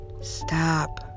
stop